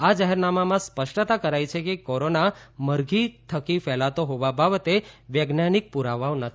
આ જાહેરનામામાં સ્પષ્ટતા કરાઈ છે કે કોરોના મરધી થકી ફેલાતો હોવા બાબતે વૈજ્ઞાનિક પુરાવાઓ નથી